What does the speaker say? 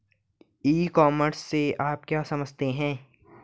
ई commerce से आप क्या समझते हो?